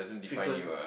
frequent